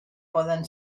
poden